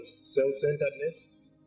self-centeredness